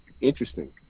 interesting